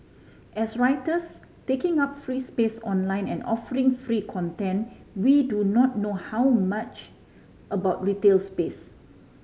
as writers taking up free space online and offering free content we do not know how much about retail space